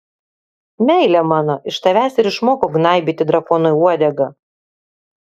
meile mano iš tavęs ir išmokau gnaibyti drakonui uodegą